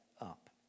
up